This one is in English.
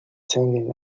singing